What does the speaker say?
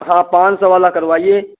हाँ पाँच सौ वाला करवाइए